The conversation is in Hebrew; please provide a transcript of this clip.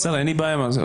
אין לי בעיה.